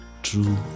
True